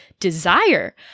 Desire